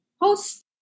host